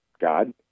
God